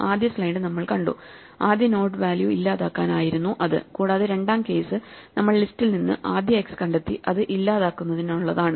ആദ്യ സ്ലൈഡ് നമ്മൾ കണ്ടുആദ്യ നോഡ് വാല്യൂ ഇല്ലാതാക്കാൻ ആയിരുന്നു അത് കൂടാതെ ഈ രണ്ടാം കേസ് നമ്മൾ ലിസ്റ്റിൽ ആദ്യ x കണ്ടെത്തി അത് ഇല്ലാതാക്കുന്നതിനുള്ളതാണ്